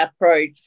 approach